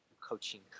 coaching